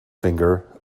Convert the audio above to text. finger